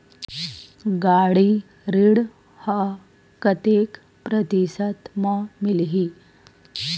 गाड़ी ऋण ह कतेक प्रतिशत म मिलही?